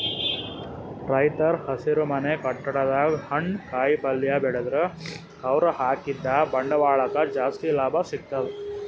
ರೈತರ್ ಹಸಿರುಮನೆ ಕಟ್ಟಡದಾಗ್ ಹಣ್ಣ್ ಕಾಯಿಪಲ್ಯ ಬೆಳದ್ರ್ ಅವ್ರ ಹಾಕಿದ್ದ ಬಂಡವಾಳಕ್ಕ್ ಜಾಸ್ತಿ ಲಾಭ ಸಿಗ್ತದ್